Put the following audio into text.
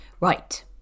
Right